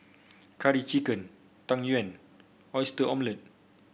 Curry Chicken Tang Yuen Oyster Omelette